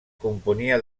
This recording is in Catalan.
componia